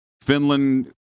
Finland